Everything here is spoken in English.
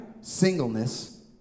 Singleness